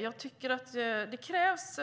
Jag tycker att det krävs